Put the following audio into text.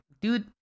dude